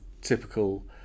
typical